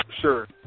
sure